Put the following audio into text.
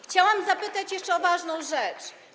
Chciałam zapytać jeszcze o ważną rzecz.